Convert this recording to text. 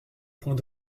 point